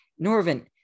Norvin